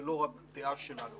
זה לא רק דעה שלנו.